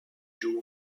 joue